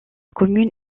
commune